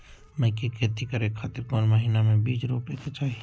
मकई के खेती करें खातिर कौन महीना में बीज रोपे के चाही?